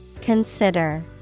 Consider